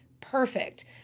perfect